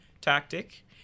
tactic